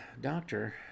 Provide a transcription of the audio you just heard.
doctor